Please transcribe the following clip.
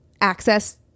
access